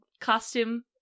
costume